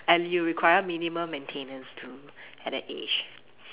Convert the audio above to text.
and you require minimum maintenance too at that age